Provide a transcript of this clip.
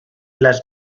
las